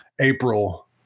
April